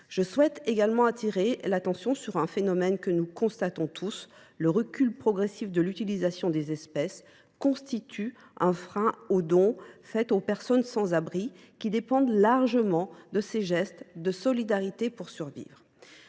Je souhaite également appeler l’attention sur un phénomène que nous constatons tous : le recul progressif de l’utilisation des espèces constitue un frein aux dons faits aux personnes sans abri, qui dépendent largement de ces gestes de solidarité pour survivre.